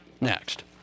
next